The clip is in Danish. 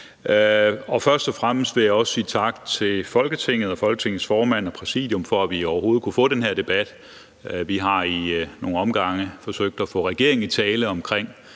Først og fremmest vil jeg også sige tak til Folketinget og Folketingets formand og Præsidium for, at vi overhovedet kunne få den her debat. Vi har ad nogle omgange forsøgt at få regeringen i tale omkring